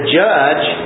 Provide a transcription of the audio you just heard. judge